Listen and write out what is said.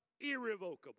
Irrevocable